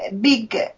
big